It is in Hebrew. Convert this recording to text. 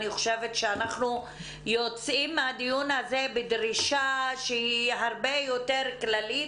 אני חושבת שאנחנו יוצאים מהדיון הזה בדרישה שהיא הרבה יותר כללית.